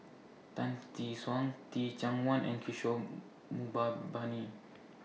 Tan Tee Suan Teh Cheang Wan and Kishore Mahbubani